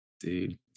Dude